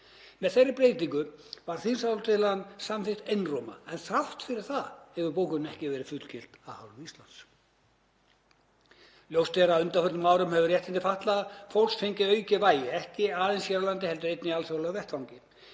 Með þeirri breytingu var þingsályktunartillagan samþykkt einróma, en þrátt fyrir það hefur bókunin ekki enn verið fullgilt af hálfu Íslands. Ljóst er að á undanförnum árum hafa réttindi fatlaðs fólks fengið aukið vægi, ekki aðeins hér á landi heldur einnig á alþjóðlegum vettvangi.